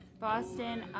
boston